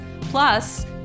Plus